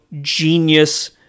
genius